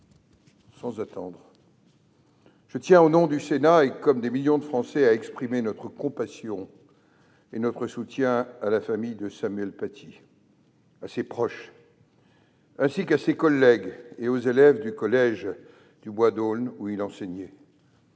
Sans attendre, je tiens, au nom du Sénat, et comme des millions de Français, à exprimer notre compassion et notre soutien à la famille de Samuel Paty, à ses proches, ainsi qu'à ses collègues et aux élèves du collège du Bois d'Aulne, où il enseignait,